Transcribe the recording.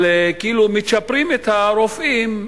אבל כאילו מצ'פרים את הרופאים.